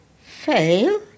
Fail